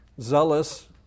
zealous